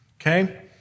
Okay